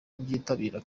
kubyitabira